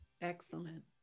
excellent